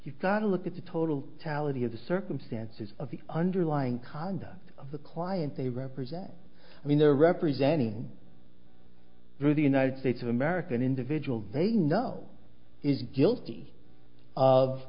you've got to look at the total talent here the circumstances of the underlying conduct of the client they represent i mean they're representing through the united states of america an individual baby no is guilty of